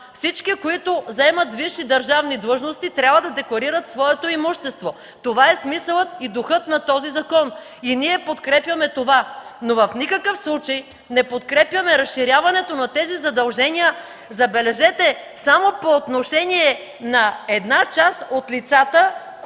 Всички, които заемат висши държавни длъжности, трябва да декларират своето имущество. Това е смисълът и духът на този закон! И ние подкрепяме това, но в никакъв случай не подкрепяме разширяването на тези задължения – забележете, само по отношение на една част от лицата,